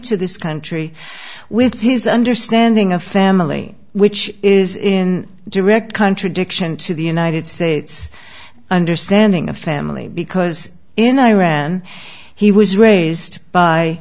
to this country with his understanding of family which is in direct contradiction to the united states understanding of family because in iran he was raised by